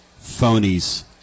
phonies